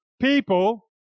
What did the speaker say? People